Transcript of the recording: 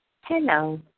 hello